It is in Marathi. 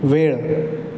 वेळ